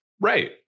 Right